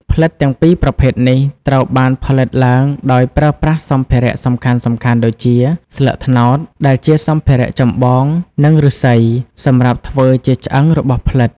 ផ្លិតទាំងពីរប្រភេទនេះត្រូវបានផលិតឡើងដោយប្រើប្រាស់សម្ភារៈសំខាន់ៗដូចជា ស្លឹកត្នោត ដែលជាសម្ភារៈចម្បង និង ឫស្សី សម្រាប់ធ្វើជាឆ្អឹងរបស់ផ្លិត។